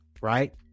right